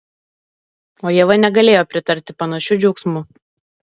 o ieva negalėjo pritarti panašiu džiaugsmu